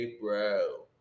bro